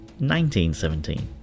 1917